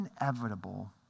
inevitable